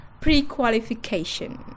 pre-qualification